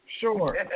Sure